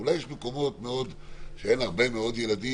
אולי יש מקומות שבהם אין הרבה מאוד ילדים,